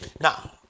Now